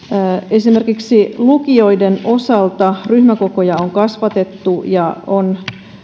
esimerkiksi lukioiden osalta ryhmäkokoja on kasvatettu ja on